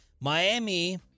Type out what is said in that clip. Miami